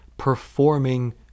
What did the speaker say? performing